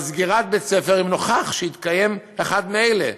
סגירת בית-ספר אם נוכח שהתקיים אחד מאלה.